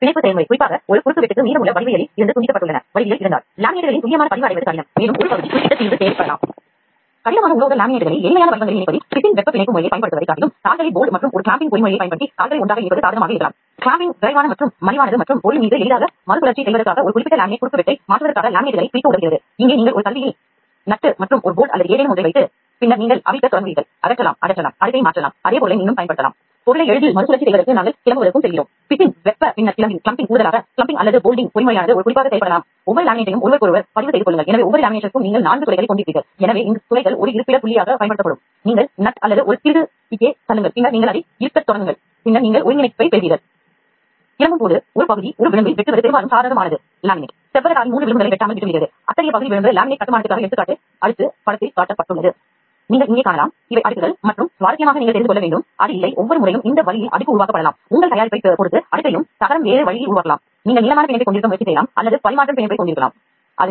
வெளியேற்று செயல்பாட்டு முறையில் நம்மிடம் கம்பி இருந்தது கம்பி விட்டதின்மீது முனைவிட்டம் ஒரு கட்டுப்பாட்டைக் கொண்டிருந்தது